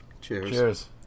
cheers